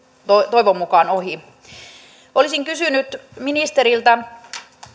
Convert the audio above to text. toivon mukaan ohi olisin kysynyt ministeriltä